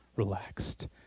relaxed